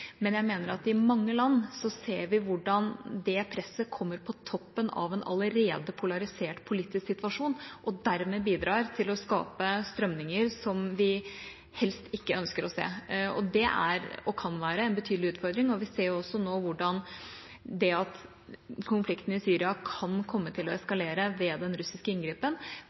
men i mange land ser vi hvordan det presset kommer på toppen av en allerede polarisert politisk situasjon, og dermed bidrar til å skape strømninger som vi helst ikke ønsker å se. Det er, og kan være, en betydelig utfordring. Vi ser jo også nå hvordan det at konflikten i Syria kan komme til å eskalere ved den russiske inngripen,